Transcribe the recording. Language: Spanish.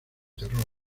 terror